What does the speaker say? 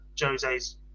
Jose's